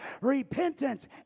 repentance